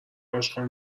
اشغال